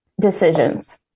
decisions